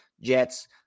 Jets